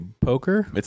poker